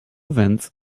events